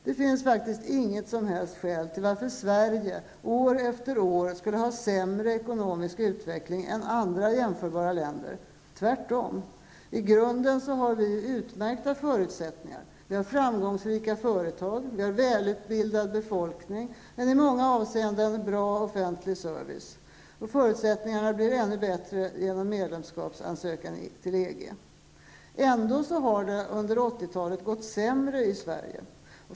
Det finns faktiskt inget som helst skäl till varför Sverige år efter år skulle ha en sämre ekonomisk utveckling än andra jänförbara länder, tvärtom. I grunden har vi utmärkta förutsättningar -- framgångsrika företag, en välutbildad befolkning och en i många avseenden bra offentlig service. Förutsättningarna blir ännu bättre genom att vi ansöker om medlemskap i EG. Ändå har det under 80-talet gått sämre i Sverige.